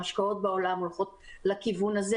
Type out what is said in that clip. ההשקעות בעולם הולכות לכיוון הזה,